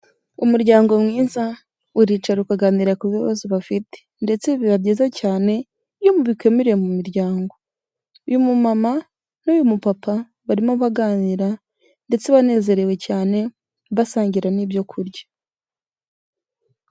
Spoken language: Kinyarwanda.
Umuryango mwiza uricara ukaganira ku bibazo bafite ndetse biba byiza cyane, iyo mu bikemuriye mu miryango, uyu mumama n'uyu mupapa barimo baganira ndetse banezerewe cyane, basangira n'ibyo kurya.